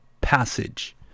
passage